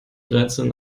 dreizehn